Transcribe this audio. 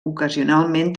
ocasionalment